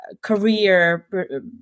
career